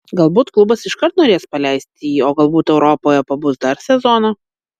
galbūt klubas iškart norės paleisti jį o galbūt europoje pabus dar sezoną